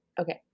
Okay